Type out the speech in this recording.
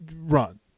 run